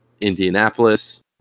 Indianapolis